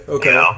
Okay